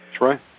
Right